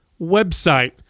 website